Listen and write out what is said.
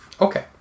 Okay